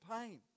pain